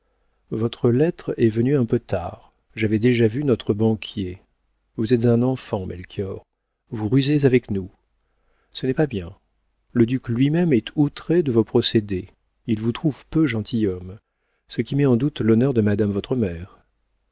votre lettre est venue un peu tard j'avais déjà vu notre banquier vous êtes un enfant melchior vous rusez avec nous ce n'est pas bien le duc lui-même est outré de vos procédés il vous trouve peu gentilhomme ce qui met en doute l'honneur de madame votre mère